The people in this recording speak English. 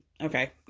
okay